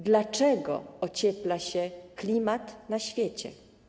Dlaczego ociepla się klimat na świecie?